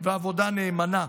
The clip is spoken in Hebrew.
ועבודה נאמנה.